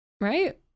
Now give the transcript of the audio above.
right